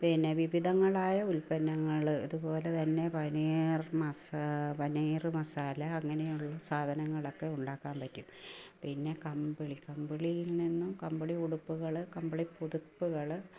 പിന്നെ വിവിധങ്ങളായ ഉൽപന്നങ്ങള് അതുപോലെ തന്നെ പനീർ മസാ പനീർ മസാല അങ്ങനെയുള്ള സാധനങ്ങളൊക്കെ ഉണ്ടാക്കാൻ പറ്റും പിന്നെ കമ്പിളി കമ്പിളിയിൽ നിന്നും കമ്പിളി ഉടുപ്പുകള് കമ്പിളിപ്പുതപ്പുകള്